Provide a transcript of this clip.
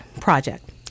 Project